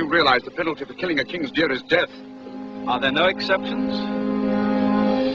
you realize the penalty for killing a chicken